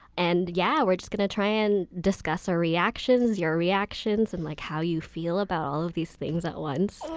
and yeah we're just going to try and discuss our reactions, your reactions and like how you feel about all of these things at once.